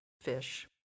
fish